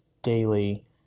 daily